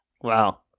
Wow